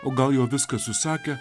o gal jau viską susakė